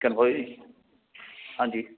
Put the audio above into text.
confirm होई गेदी हां जी